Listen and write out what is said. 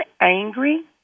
angry